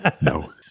No